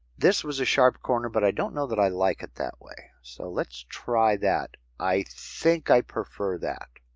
this was a sharp corner, but i don't know that i like it that way. so let's try that. i think i prefer that.